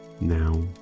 now